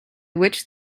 which